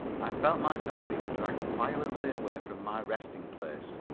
i felt myself being dragged violently away from my resting place.